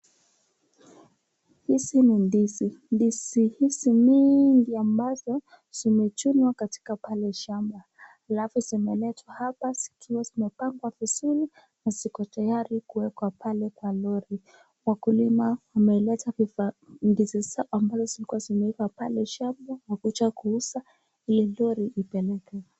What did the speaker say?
Hizi ni ndizi, ndizi hizi mingi ambazo zimechunwa katika pale shamba, alafu zimeletwa hapa zikiwa zimepangwa vizuri na ziko tayari kuwekwa pale kwa lori. Wakulima wameleta ndizi zao ambazo zilikuwa zimewekwa pale shamba kuja kuuza ili lori ipeleke.